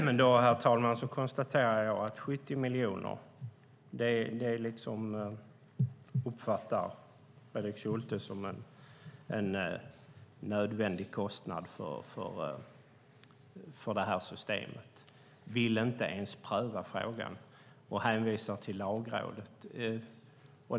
Herr talman! Då konstaterar jag att Fredrik Schulte uppfattar 70 miljoner som en nödvändig kostnad för det här systemet. Han vill inte ens pröva frågan utan hänvisar till Lagrådet.